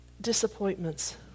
disappointments